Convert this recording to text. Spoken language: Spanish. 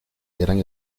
eran